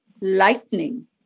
lightning